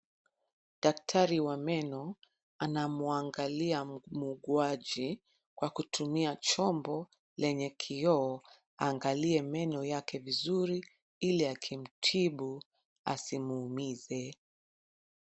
Daktari wa meno anamuangalia muugwaji kwa kutumia chombo lenye kioo aangalie meno yake vizuri ili akimtibu asimuumize.